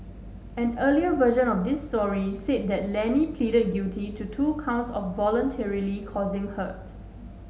an earlier version of this story said that Lenny pleaded guilty to two counts of voluntarily causing hurt